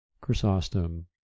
chrysostom